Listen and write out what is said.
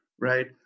right